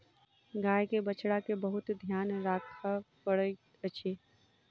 गाय के बछड़ा के बहुत ध्यान राखअ पड़ैत अछि